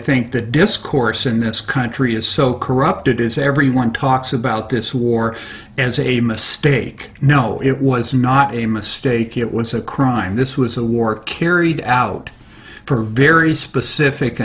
discourse in this country is so corrupted is everyone talks about this war and say a mistake no it was not a mistake it was a crime this was a war carried out for very specific